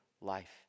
life